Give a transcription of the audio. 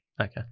okay